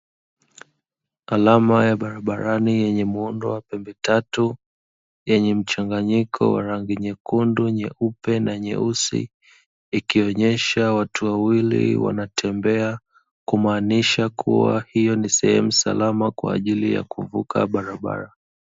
Alama ya barabarani yenye muundo wa pembe tatu, yenye mchanganyiko wa rangi nyekundu, nyeupe, na nyeusi ikonyesha watu wawili wanatembea kumaanisha hiyo ni sehemu salama kwa ajili ya kuvuka barabara.